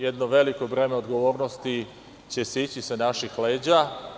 Jedno veliko breme odgovornosti će sići sa naših leđa.